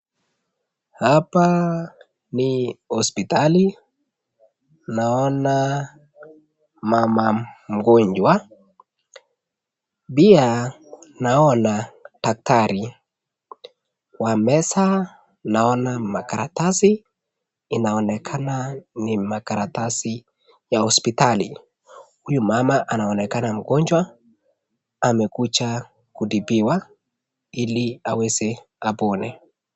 Hapa ni hosipitali. Naona mama mgonjwa. Pia naona daktari. Kwa meza naona makaratasi. Inaonekana ni makaratasi ya hosipitali. Huyu mama anaonekana mgonjwa amekuja kutibiwa ili aweza apone.